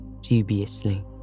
dubiously